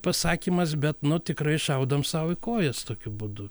pasakymas bet nu tikrai šaudom sau į kojas tokiu būdu